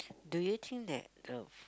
do you think that uh